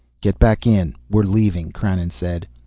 get back in, we're leaving, krannon said.